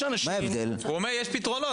אז יש אנשים --- הוא אומר שיש פתרונות.